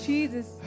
Jesus